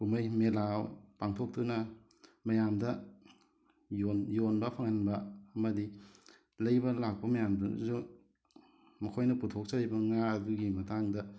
ꯀꯨꯃꯩ ꯃꯦꯂꯥ ꯄꯥꯡꯊꯣꯛꯇꯨꯅ ꯃꯌꯥꯝꯗ ꯌꯣꯟ ꯌꯣꯟꯕ ꯐꯪꯍꯟꯕ ꯑꯃꯗꯤ ꯂꯩꯕ ꯂꯥꯛꯄ ꯃꯌꯥꯝꯗꯨꯁꯨ ꯃꯈꯣꯏꯅ ꯄꯨꯊꯣꯛꯆꯔꯤꯕ ꯉꯥ ꯑꯗꯨꯒꯤ ꯃꯇꯥꯡꯗ